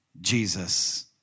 Jesus